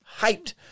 hyped